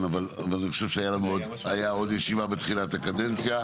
אני חושב שהייתה עוד ישיבה בתחילת הקדנציה.